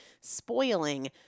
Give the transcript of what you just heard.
spoiling